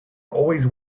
always